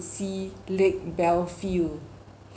see lake bellfield